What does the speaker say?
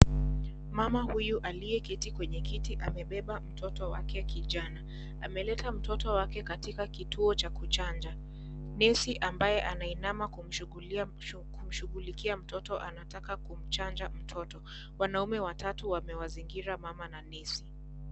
Mama huyu aliyeketi kwenye kiti amebeba mtoto wake kijana, ameleta mtoto wake katika kituo cha kuchanja, nesi ambaye anainama kumshughulikia mtoto anataka kumchanja mtoto, wanaume watatu wamewazingira mama na nesi.